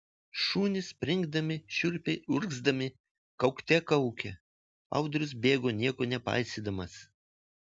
šunys springdami šiurpiai urgzdami kaukte kaukė audrius bėgo nieko nepaisydamas